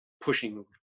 pushing